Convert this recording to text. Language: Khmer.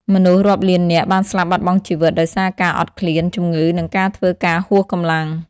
មនុស្សរាប់លាននាក់បានស្លាប់បាត់បង់ជីវិតដោយសារការអត់ឃ្លាន ជំងឺ និងការធ្វើការហួសកម្លាំង។